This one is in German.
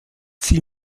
sie